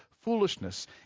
foolishness